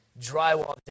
Drywall